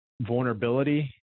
vulnerability